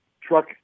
truck